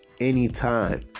anytime